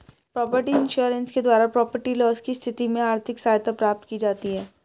property insurance के द्वारा property loss की स्थिति में आर्थिक सहायता प्राप्त की जाती है